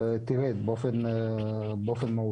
תרד באופן מהותי.